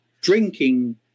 drinking